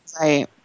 Right